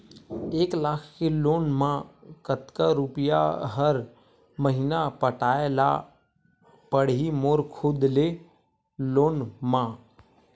एक लाख के लोन मा कतका रुपिया हर महीना पटाय ला पढ़ही मोर खुद ले लोन मा?